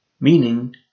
Meaning